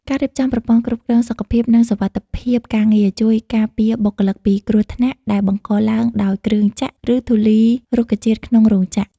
ការរៀបចំប្រព័ន្ធគ្រប់គ្រងសុខភាព និងសុវត្ថិភាពការងារ ជួយការពារបុគ្គលិកពីគ្រោះថ្នាក់ដែលបង្កឡើងដោយគ្រឿងចក្រ ឬធូលីរុក្ខជាតិក្នុងរោងចក្រ។